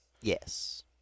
Yes